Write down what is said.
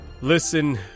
Listen